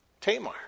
Tamar